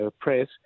press